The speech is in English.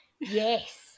yes